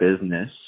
business